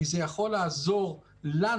כי זה יכול לעזור לנו,